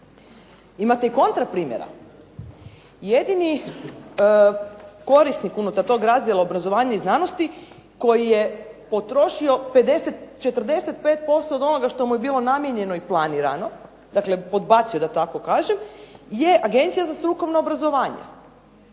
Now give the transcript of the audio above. Imate i kontra primjera. Jedini korisnik unutar toga razdjela obrazovanja i znanosti koji je potrošio 45% od onoga što mu je bilo namijenjeno i planirano. Dakle podbacio je da tako kažem je Agencija za strukovno obrazovanje.